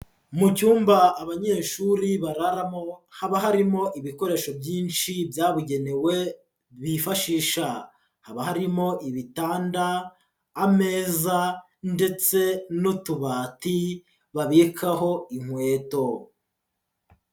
Mu cyumba abanyeshuri bararamo, haba harimo ibikoresho byinshi byabugenewe bifashisha, haba harimo ibitanda, ameza ndetse n'utubati babikaho inkweto.